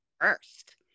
First